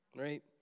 right